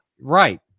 Right